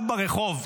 עכשיו בן אדם ברחוב,